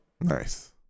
Nice